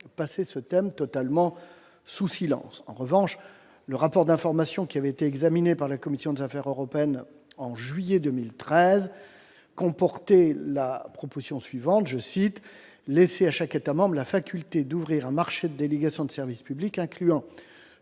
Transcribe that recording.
passait ce thème totalement sous silence. En revanche, le rapport d'information qui avait été examiné par la commission des affaires européennes le 17 juillet 2013 comportait la proposition suivante :« Laisser à chaque État membre la faculté d'ouvrir un marché de délégation de service public incluant